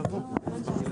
אני בהצבעה.